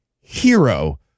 hero